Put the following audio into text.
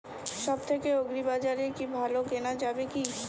সব থেকে আগ্রিবাজারে কি ভালো কেনা যাবে কি?